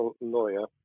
lawyer